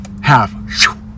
Half